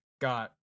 got